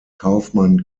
kaufmann